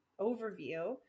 overview